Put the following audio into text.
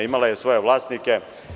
Imala je svoje vlasnike.